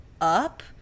up